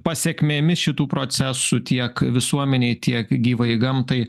pasekmėmis šitų procesų tiek visuomenei tiek gyvajai gamtai